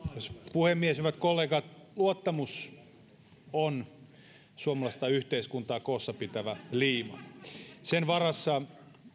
puhemies hyvä kollegat luottamus on suomalaista yhteiskuntaa koossapitävä liima sen varassa